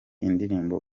indirimbo